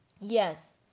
Yes